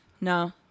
No